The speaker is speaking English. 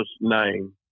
name